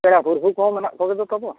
ᱯᱮᱲᱟ ᱯᱨᱚᱵᱷᱩ ᱠᱚᱦᱚ ᱢᱮᱱᱟᱜ ᱠᱚ ᱛᱟᱵᱚᱱ